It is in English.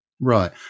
Right